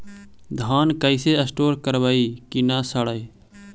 धान कैसे स्टोर करवई कि न सड़ै?